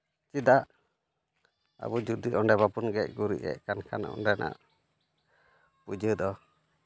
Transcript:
ᱪᱮᱫᱟᱜ ᱟᱵᱚ ᱚᱱᱫᱮ ᱵᱟᱵᱚᱱ ᱜᱮᱡ ᱜᱩᱨᱤᱡᱮᱫ ᱠᱟᱱ ᱠᱷᱟᱱ ᱚᱸᱰᱮᱱᱟᱜ ᱯᱩᱡᱟᱹ ᱫᱚ